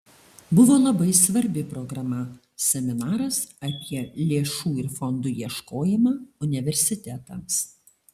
buvo labai svarbi programa seminaras apie lėšų ir fondų ieškojimą universitetams